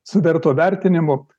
su verto vertinimu